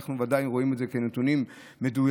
שאותם אנחנו ודאי רואים כנתונים מדויקים,